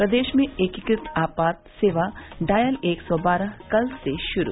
प्रदेश में एकीकृत आपात सेवा डॉयल एक सौ बारह कल से शुरू